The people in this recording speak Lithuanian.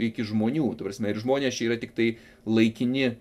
iki žmonių ta prasme ir žmonės čia yra tiktai laikini